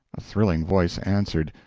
a thrilling voice answered,